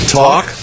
talk